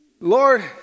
Lord